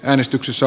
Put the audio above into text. äänestyksessä